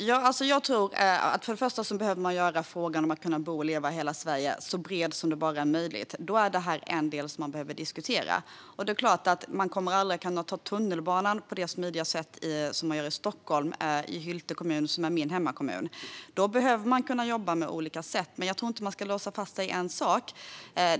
Fru talman! Jag tror att man behöver göra frågan om att kunna bo och leva i hela Sverige så bred som möjligt. Då är detta en del som man behöver diskutera. Det är klart att man aldrig på samma smidiga sätt som i Stockholm kommer att kunna ta tunnelbanan i Hylte kommun, som är min hemkommun. Man behöver jobba med olika sätt, men jag tycker inte att man ska låsa fast sig vid en sak.